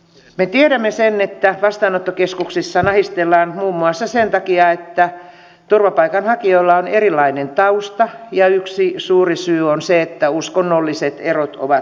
me tiedämme että vastaanottokeskuksissa nahistellaan muun muassa sen takia että turvapaikanhakijoilla on erilainen tausta ja yksi suuri syy on se että uskonnolliset erot ovat niin suuret